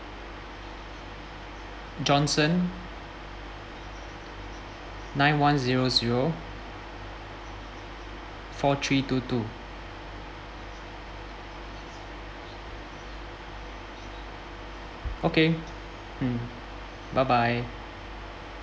johnson nine one zero zero four three two two okay mm bye bye